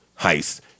Heist